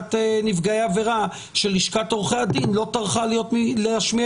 שוועדת נפגעי עבירה של לשכת עורכי הדין לא טרחה להשמיע